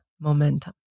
momentum